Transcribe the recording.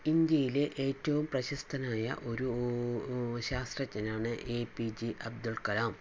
ഇന്ത്യയിലെ ഏറ്റവും പ്രശസ്തനായ ഒരു ശാസ്ത്രജ്ഞനാണ് എ പി ജെ അബ്ദുൾകലാം